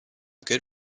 good